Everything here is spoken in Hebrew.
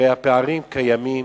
הרי הפערים קיימים